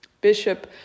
Bishop